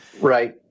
Right